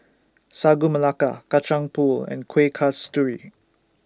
Sagu Melaka Kacang Pool and Kueh Kasturi